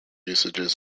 usages